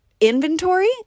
inventory